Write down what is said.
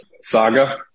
saga